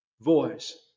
voice